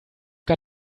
got